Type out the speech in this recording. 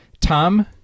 Tom